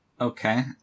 Okay